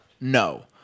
No